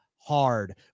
hard